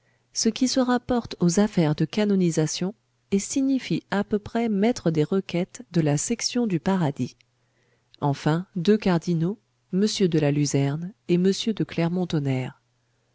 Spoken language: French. ce qui se rapporte aux affaires de canonisation et signifie à peu près maître des requêtes de la section du paradis enfin deux cardinaux m de la luzerne et m de clermont-tonnerre